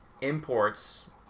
imports